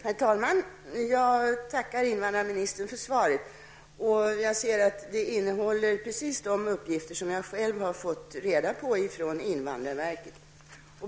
Herr talman! Jag tackar invandrarministern för svaret. Det innehåller precis de uppgifter som jag själv har fått från invandrarverket.